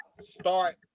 start